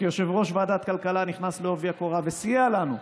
כיושב-ראש ועדת הכלכלה הוא נכנס לעובי הקורה וסייע לנו.